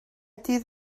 dydd